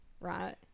right